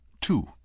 two